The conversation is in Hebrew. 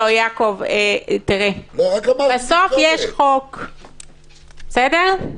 בסוף יש חוק, בסדר?